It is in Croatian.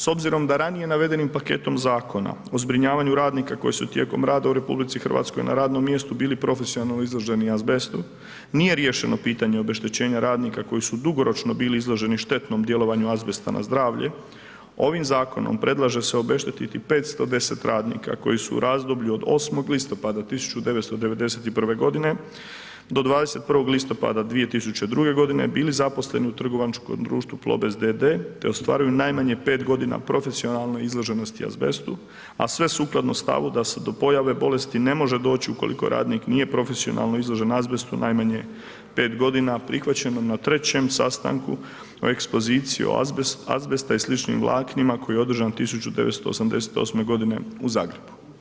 S obzirom da ranije navedenim paketom zakona o zbrinjavanju radnika koji su tijekom rada u RH na radnom mjestu bili profesionalni izloženi azbestu, nije riješeno pitanje obeštećenja radnika koji su dugoročno bili izloženi štetnom djelovanju azbesta na zdravlje, ovim zakonom predlaže se obeštetiti 510 radnika koji su u razdoblju od 8. listopada 1991. g. do 21. listopada 2002. g. bili zaposleni u trgovačkom društvu Plobest d.d. te ostvarili najmanje 5 godina profesionalne izloženosti azbestu, a sve sukladno stavu da se do pojave bolesti ne može doći ukoliko radnik nije profesionalno izložen azbestu najmanje 5 godina, prihvaćeno na 3. sastanku o ekspoziciji azbesta i sličnim vlaknima koje je održano 1988. g. u Zagrebu.